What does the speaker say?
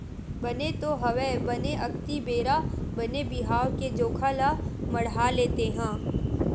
बने तो हवय बने अक्ती बेरा बने बिहाव के जोखा ल मड़हाले तेंहा